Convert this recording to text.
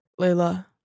Layla